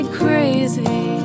crazy